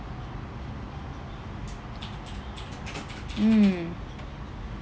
mm